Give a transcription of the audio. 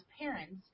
parents –